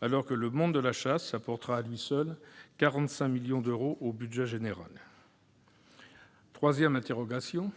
alors que le monde de la chasse apportera à lui seul 45 millions d'euros au budget général de l'organisme. Troisième interrogation,